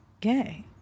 gay